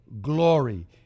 glory